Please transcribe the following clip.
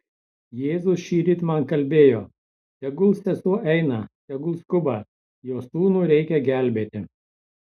jėzus šįryt man kalbėjo tegul sesuo eina tegul skuba jos sūnų reikia gelbėti